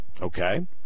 okay